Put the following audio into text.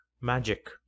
magic